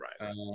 right